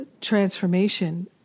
transformation